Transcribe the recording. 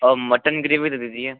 और mutton gravy दे दीजिए